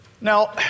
Now